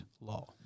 law